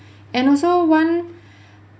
and also one